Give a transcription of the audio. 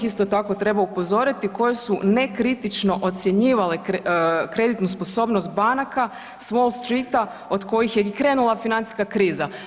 Isto tako treba upozoriti koje su nekritično ocjenjivale kreditnu sposobnost banaka s Wall Streeta od kojih je i krenula financijska kriza.